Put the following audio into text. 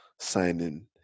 signing